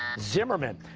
zimmerman.